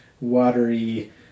watery